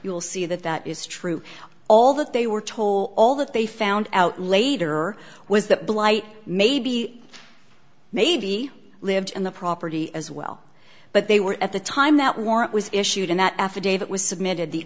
you'll see that that is true all that they were told all that they found out later was that blight maybe maybe lived in the property as well but they were at the time that warrant was issued and that affidavit was submitted the